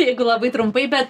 jeigu labai trumpai bet